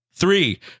Three